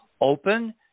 open